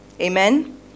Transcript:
Amen